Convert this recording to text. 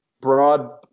broad